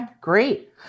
great